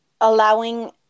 allowing